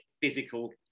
physical